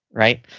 right?